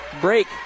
Break